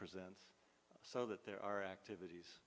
present so that there are activities